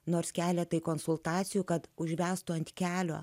nors keletą konsultacijų kad užvestų ant kelio